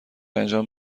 انجام